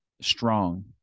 strong